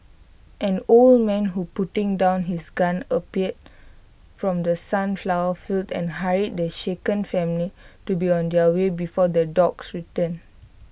an old man who putting down his gun appeared from the sunflower fields and hurried the shaken family to be on their way before the dogs return